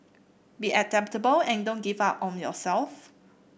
be adaptable and don't give up on yourself